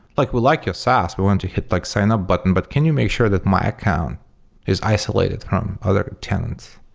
like we like your saas. we want to hit like signup button, but can you make sure that my account is isolated from other tenants?